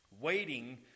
waiting